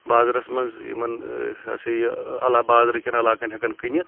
بازرَس منٛز یِمَن ہَسا یہِ بازرٕ کؠن علاقَن ہؠکَان کٕنِتھ